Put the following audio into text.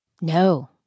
No